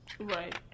right